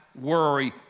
Worry